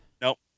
Nope